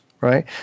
right